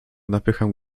napycham